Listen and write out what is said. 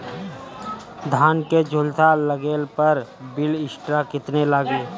धान के झुलसा लगले पर विलेस्टरा कितना लागी?